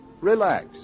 Relax